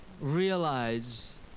realize